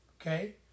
Okay